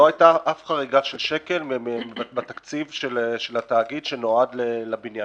לא הייתה אף חריגה ולו של שקל בתקציב של התאגיד שנועד לבניין.